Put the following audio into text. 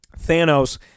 Thanos